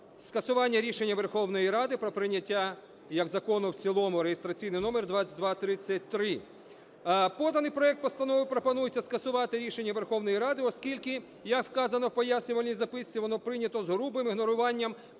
скасування рішення Верховної Ради про прийняття як закону в цілому, реєстраційний номер 2233. Поданий проект Постанови пропонує скасувати рішення Верховної Ради, оскільки, як вказано в пояснювальній записці, воно прийнято з грубим ігноруванням